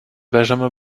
benjamin